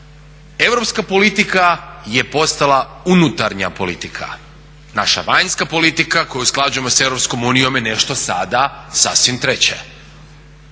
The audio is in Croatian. Europska politika je postala unutarnja politika. Naša vanjska politika koju usklađujemo s EU je nešto sada sasvim treće.